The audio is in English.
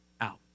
out